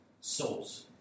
souls